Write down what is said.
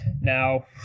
Now